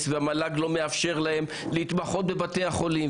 והמל"ג לא מאפשר להם להתמחות בבתי החולים.